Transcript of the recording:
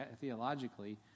theologically